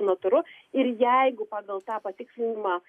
notaru ir jeigu pagal tą patikslinimą